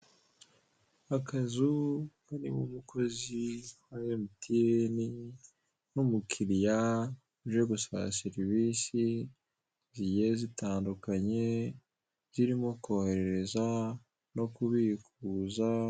Akazu karimo umukozi wa emutiyene n'umukiriya uje gusaba serivize zigiye zitandukanye zirimo koherereza no kubikuza.